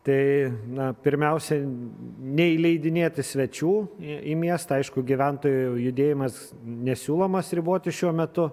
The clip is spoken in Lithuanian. tai na pirmiausiai neįleidinėti svečių į į miestą aišku gyventojų judėjimas nesiūlomas riboti šiuo metu